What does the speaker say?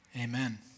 Amen